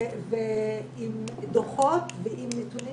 עם דוחות, עם נתונים